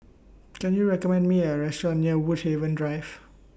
Can YOU recommend Me A Restaurant near Woodhaven Drive